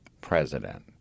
president